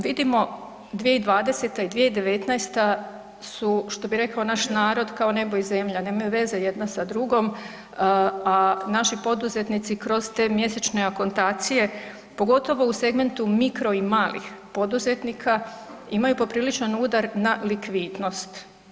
Vidimo, 2020. i 2019. su, što bi rekao naš narod, kao nebo i zemlja, nemaju veze jedna sa drugom, a naši poduzetnici kroz te mjesečne akontacije, pogotovo u segmentu mikro i malih poduzetnika imaju popriličan udar na likvidnost.